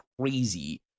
crazy